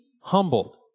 humbled